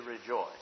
rejoice